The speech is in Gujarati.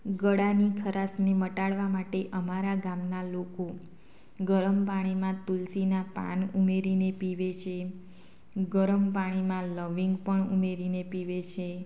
ગળાની ખરાશને મટાળવા માટે અમારા ગામના લોકો ગરમ પાણીમાં તુલસીના પાન ઉમેરીને પીવે છે ગરમ પાણીમાં લવિંગ પણ ઉમેરીને પીવે છે